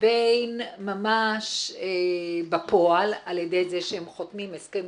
בין ממש בפועל על ידי זה שהם חותמים הסכם